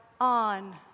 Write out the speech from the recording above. on